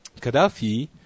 Gaddafi